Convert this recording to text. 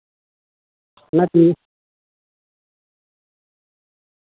ᱚᱱᱟᱛᱮ